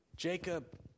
Jacob